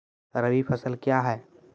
रबी फसल क्या हैं?